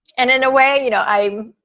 and in a way, you know, i.